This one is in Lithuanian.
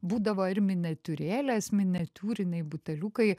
būdavo ir miniatiūrėlės miniatiūriniai buteliukai